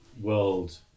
world